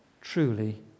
truly